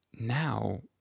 now